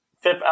fifth